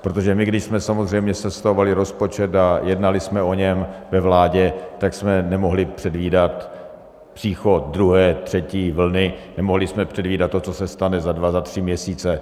Protože my když jsme samozřejmě sestavovali rozpočet a jednali jsme o něm ve vládě, tak jsme nemohli předvídat příchod druhé, třetí vlny, nemohli jsme předvídat, co se stane za dva, za tři měsíce.